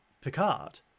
Picard